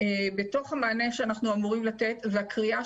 בתוך המענה שאנחנו אמורים לתת והקריאה